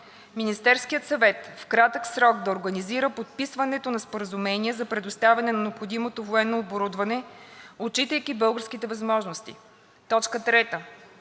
Министерският съвет в кратък срок да организира подписването на споразумения за предоставяне на необходимото военно оборудване, отчитайки българските възможности. 3.